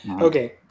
Okay